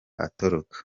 atoroka